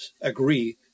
agree